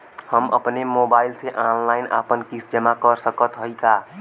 हम अपने मोबाइल से ऑनलाइन आपन किस्त जमा कर सकत हई का?